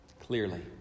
Clearly